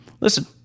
Listen